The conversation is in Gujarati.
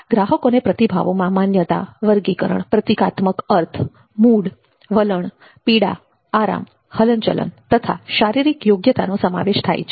ગ્રાહકોને પ્રતિભાવોમાં માન્યતા વર્ગીકરણ પ્રતીકાત્મક અર્થ મૂડ વલણ પીડા આરામ હલનચલન તથા શારીરિક યોગ્યતાનો સમાવેશ થાય છે